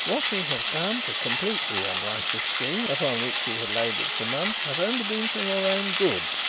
what we have done to complete the unrighteous scheme upon which we had laboured for months has only been for your own good,